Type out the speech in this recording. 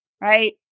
Right